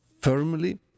firmly